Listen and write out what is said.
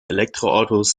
elektroautos